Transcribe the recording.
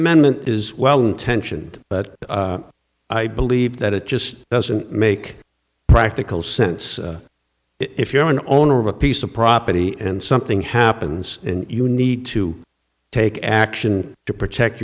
amendment is well intentioned but i believe that it just doesn't make practical sense if you're an owner of a piece of property and something happens and you need to take action to protect